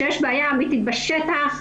כשיש בעיה אמיתית בשטח,